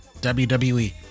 WWE